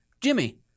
Jimmy